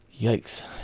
Yikes